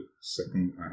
Second